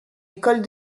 école